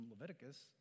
Leviticus